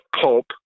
pulp